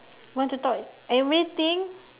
want to talk everything